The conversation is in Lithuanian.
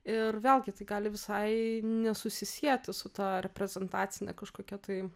ir vėlgi tai gali visai nesusisieti su ta reprezentacine kažkokia tai